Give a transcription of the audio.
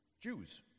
Jews